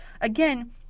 again